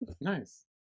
Nice